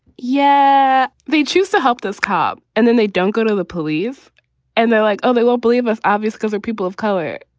yeah they choose to help those cop and then they don't go to the police and they're like, oh, they won't believe us. obvious cause are people of color.